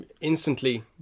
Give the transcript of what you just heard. instantly